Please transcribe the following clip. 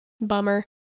bummer